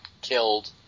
killed